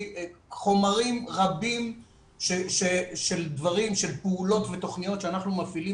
חומרים רבים של דברים של פעולות ותכניות שאנחנו מפעילים